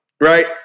right